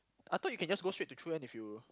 I thought you can just go straight to true end if you